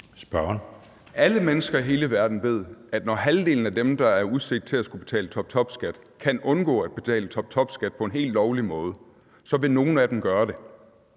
Alle mennesker i hele verden ved, at når halvdelen af dem, der har udsigt til at skulle betale toptopskat, kan undgå at betale toptopskat på en helt lovlig måde, så vil nogle af dem gøre det.